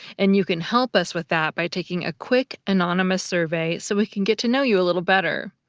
and you can help us with that by taking a quick anonymous survey so we can get to know you a little better.